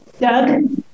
Doug